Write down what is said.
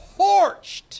torched